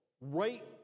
Right